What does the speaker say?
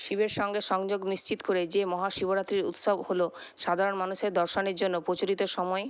শিবের সঙ্গে সংযোগ নিশ্চিত করে যে মহা শিবরাত্রির উৎসব হলো সাধারণ মানুষের দর্শনের জন্য প্রচলিত সময়